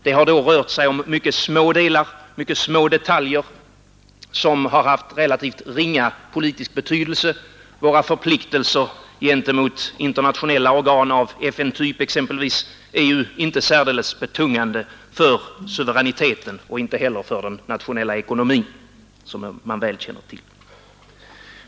Det har då rört sig om mycket små detaljer, som har haft relativt ringa politisk betydelse. Våra förpliktelser gentemot internationella organ av FN-typ, exempelvis, är ju inte särdeles betungande för suveräniteten och inte heller för den nationella ekonomin, som man väl känner till.